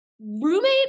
roommate